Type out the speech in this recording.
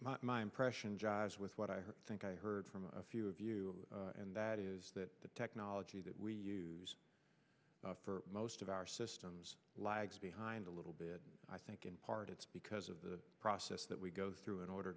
my impression jibes with what i think i heard from a few of you and that is that the technology that we use for most of our systems lags and a little bit i think in part it's because of the process that we go through in order